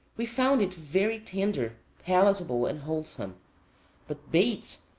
we found it very tender, palatable, and wholesome but bates,